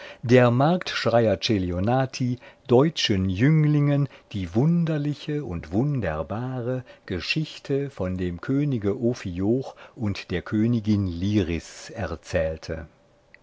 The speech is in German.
der marktschreier celionati deutschen jünglingen die wunderliche und wunderbare geschichte von dem könige ophioch und der königin liris erzählte